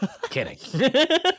Kidding